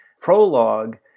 prologue